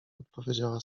odpowiedziała